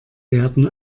werden